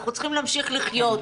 אנחנו צריכים להמשיך לחיות.